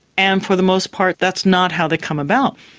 and for the most part that's not how they come about.